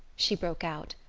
she broke out.